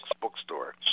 Bookstore